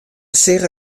seach